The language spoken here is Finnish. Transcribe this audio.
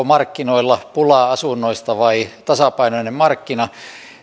markkinoilla pulaa asunnoista vai tasapainoinen markkina